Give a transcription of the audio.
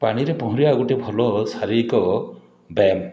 ପାଣିରେ ପହଁରିବା ଗୋଟେ ଭଲ ଶାରୀରିକ ବ୍ୟାୟାମ